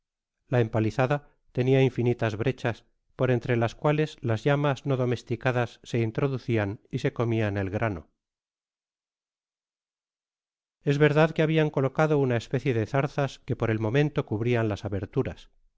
la empalizada tenia infinitas brechas por entre las cuales las llamas no domesticadas se introducian y se comian el grano es verdad que habian colocado una especie de zarzas que por el momento cubrian las aberturas